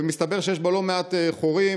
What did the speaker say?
מסתבר שיש בה לא מעט חורים,